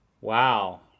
Wow